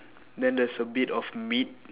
then there's a bit of meat